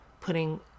putting